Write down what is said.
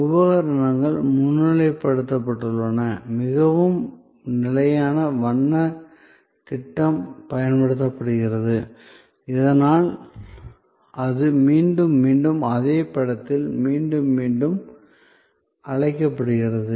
உபகரணங்கள் முன்னிலைப்படுத்தப்பட்டுள்ளன மிகவும் நிலையான வண்ணத் திட்டம் பயன்படுத்தப்படுகிறது இதனால் அது மீண்டும் மீண்டும் அதே படத்தில் மீண்டும் மீண்டும் அழைக்கப்படுகிறது